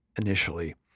initially